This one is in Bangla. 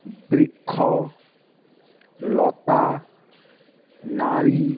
বৃক্ষ লতা নারী